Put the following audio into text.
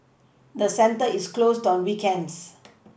the centre is closed on weekends